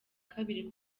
kabiri